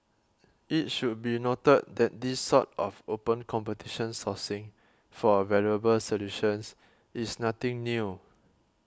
it should be noted that this sort of open competition sourcing for valuable solutions is nothing new